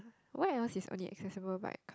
where else is only accessible bike